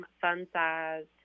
fun-sized